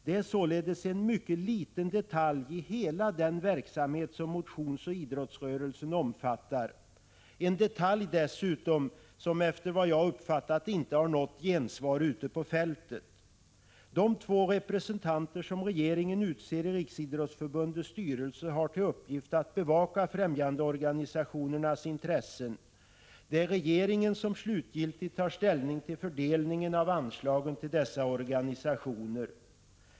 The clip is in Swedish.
Den är således en mycket liten detalj i hela den verksamhet som motionsoch idrottsrörelsen omfattar — en detalj vilken dessutom, som jag uppfattat det, inte har något gensvar ute på fältet. De två representanter som regeringen utser i Riksidrottsförbundets styrelse har till uppgift att bevaka främjandeorganisationernas intressen. Det är regeringen som slutgiltigt tar ställning till fördelningen av anslagen till dessa organisationer.